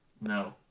no